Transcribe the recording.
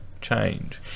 change